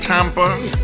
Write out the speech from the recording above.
Tampa